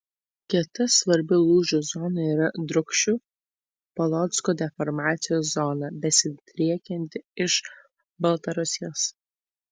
kita svarbi lūžių zona yra drūkšių polocko deformacijos zona besidriekianti iš baltarusijos